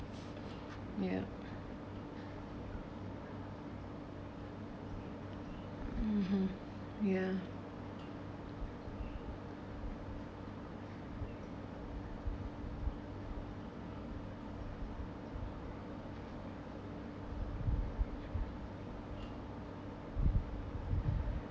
ya (uh huh) ya